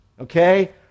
Okay